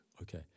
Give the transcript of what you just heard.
Okay